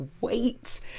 wait